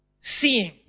seeing